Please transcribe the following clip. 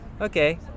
Okay